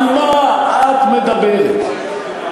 על מה את מדברת?